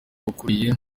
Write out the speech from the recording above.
ukuriye